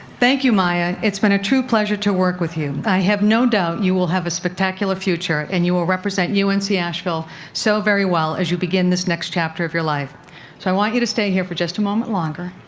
thank you, maya. it's been a true pleasure to work with you. i have no doubt you will have a spectacular future and you will represent unc and asheville so very well as you begin this next chapter of your life. so i want you to stay here for just a moment longer,